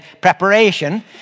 preparation